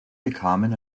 bekamen